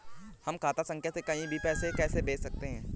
हम खाता संख्या से कहीं भी पैसे कैसे भेज सकते हैं?